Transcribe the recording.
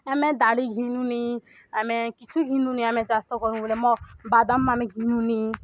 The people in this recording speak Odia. ଆମେ ବାଡ଼ି ଘିଣୁନି ଆମେ କିଛି ଘିଣୁନି ଆମେ ଚାଷ କରୁ ବେଲେ ଆମେ ବାଦାମ ଆମେ ଘିଣୁନି